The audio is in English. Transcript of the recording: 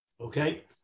Okay